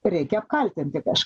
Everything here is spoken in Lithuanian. reikia apkaltinti kažką